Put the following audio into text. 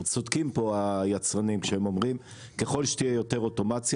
צודקים פה היצרנים שאומרים ככל שתהיה יותר אוטומציה